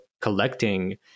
collecting